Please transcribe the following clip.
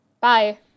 Bye